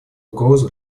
угрозу